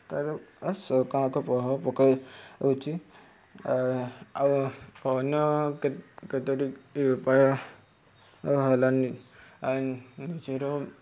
ତା'ର ସରକାରଙ୍କୁ ପ୍ରଭାବ ପକାଇ ଦେଉଛି ଆଉ ଅନ୍ୟ କେତୋଟି ଉପାୟ ହେଲା ନିଜର